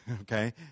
okay